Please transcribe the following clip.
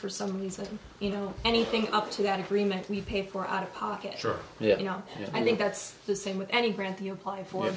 for some reason you know anything up to that agreement we pay for out of pocket yeah you know i think that's the same with any breath you apply for